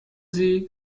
sie